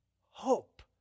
Hope